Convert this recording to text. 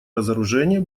разоружения